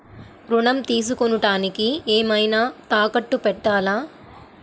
ఋణం తీసుకొనుటానికి ఏమైనా తాకట్టు పెట్టాలా?